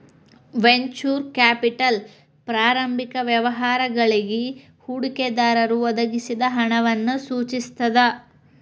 venture capital ಪ್ರಾರಂಭಿಕ ವ್ಯವಹಾರಗಳಿಗಿ ಹೂಡಿಕೆದಾರರು ಒದಗಿಸಿದ ಹಣವನ್ನ ಸೂಚಿಸ್ತದ